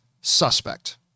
suspect